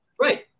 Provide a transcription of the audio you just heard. Right